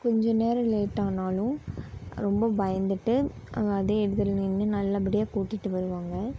கொஞ்சம் நேரம் லேட் ஆனாலும் ரொம்ப பயந்துகிட்டு அதே இடத்துல நின்று நல்லபடியாக கூட்டிகிட்டு வருவாங்க